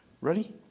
Ready